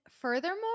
furthermore